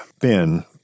Ben